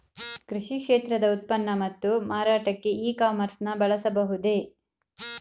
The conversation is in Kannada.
ಕೃಷಿ ಕ್ಷೇತ್ರದ ಉತ್ಪನ್ನ ಮತ್ತು ಮಾರಾಟಕ್ಕೆ ಇ ಕಾಮರ್ಸ್ ನ ಬಳಸಬಹುದೇ?